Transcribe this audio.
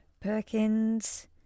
Perkins